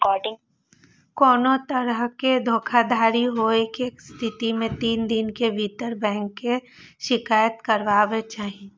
कोनो तरहक धोखाधड़ी होइ के स्थिति मे तीन दिन के भीतर बैंक के शिकायत करबाक चाही